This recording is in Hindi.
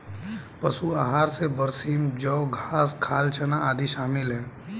पशु आहार में बरसीम जौं घास खाल चना आदि शामिल है